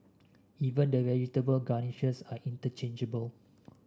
even the vegetable garnishes are interchangeable